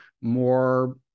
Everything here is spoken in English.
more